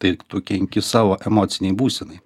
tai tu kenki savo emocinei būsenai